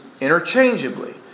interchangeably